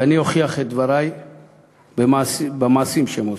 ואני אוכיח את דברי במעשים שהם עושים.